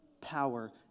power